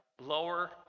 lower